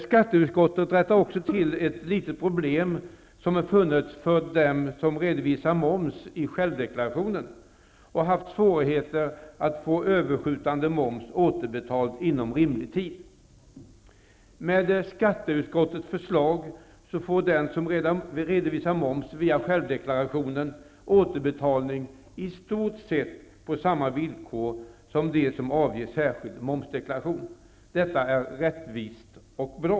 Skatteutskottet rättar också till ett litet problem som har funnits för dem som redovisar moms i självdeklarationen och som har haft svårigheter att få överskjutande moms återbetald inom rimlig tid. Med skatteutskottets förslag får den som redovisar moms via sin självdeklaration återbetalning i stort sett på samma villkor som de som avger särskild momsdeklaration. Detta är rättvist och bra.